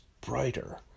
brighter